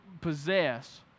possess